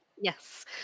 Yes